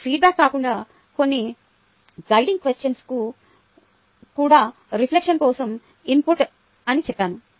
ఇప్పుడు ఫీడ్బ్యాక్ కాకుండా కొన్ని గైడింగ్ క్వెషన్స్ కూడా రిఫ్లెక్షన్ కోసం ఇన్పుట్ అని చెప్పాను